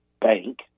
bank